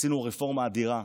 עשינו רפורמה אדירה